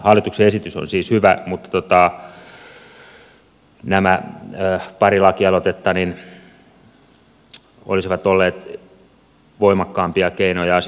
hallituksen esitys on siis hyvä mutta nämä pari lakialoitetta olisivat olleet voimakkaampia keinoja asioitten saamiseksi kuntoon